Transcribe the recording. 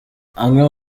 amwe